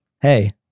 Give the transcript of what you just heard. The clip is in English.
hey